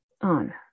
on